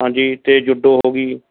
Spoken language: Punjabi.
ਹਾਂਜੀ ਅਤੇ ਜੁੱਡੋ ਹੋ ਗਈ